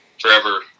forever